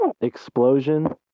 explosion